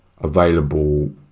available